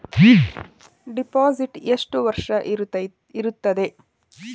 Deposit ಎಷ್ಟು ವರ್ಷ ಇರುತ್ತದೆ?